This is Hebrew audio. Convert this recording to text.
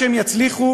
שהם יצליחו